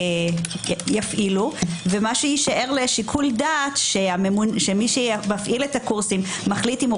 שיפעילו ומה שיישאר לשיקול דעת שמי שמפעיל את הקורסים מחליט אם הוא